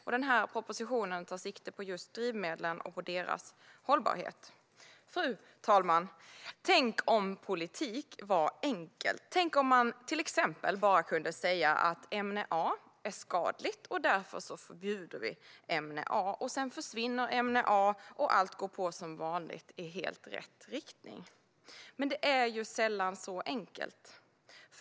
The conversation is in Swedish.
Och den här propositionen tar sikte på just drivmedlen och deras hållbarhet. Fru talman! Tänk om politik var enkelt! Tänk om man till exempel kunde säga att ämne A är skadligt, och därför förbjuder vi ämne A. Sedan försvinner ämne A, och allt går på som vanligt, i helt rätt riktning. Men det är sällan så enkelt.